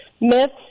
myths